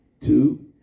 Two